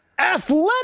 Athletic